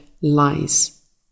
lies